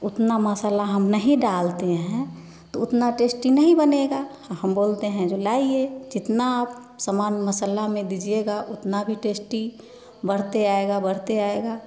उतना मसाला हम नहीं डालते हैं तो उतना टेस्टी नहीं बनेगा हम बोलते हैं जो लाइए जितना आप समान मसाला में दीजिएगा उतना भी टेस्टी बढ़ते आएगा बढ़ते आएगा